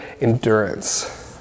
endurance